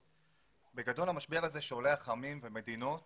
בגדול המשבר הזה שולח עמים ומדינות